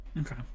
Okay